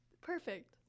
Perfect